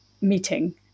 meeting